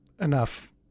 enough